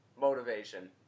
motivation